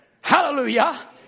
hallelujah